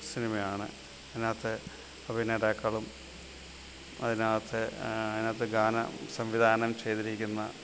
സിനിമയാണ് അതിനകത്ത് അഭിനേതാക്കളും അതിനകത്ത് അതിനകത്ത് ഗാനം സംവിധാനം ചെയ്തിരിക്കുന്ന